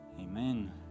amen